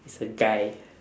is a guy